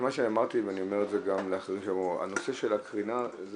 אני אתן לך ברשות